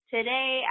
Today